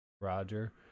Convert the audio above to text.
Roger